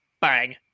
Bang